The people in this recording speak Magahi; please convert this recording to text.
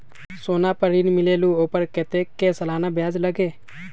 सोना पर ऋण मिलेलु ओपर कतेक के सालाना ब्याज लगे?